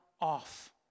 off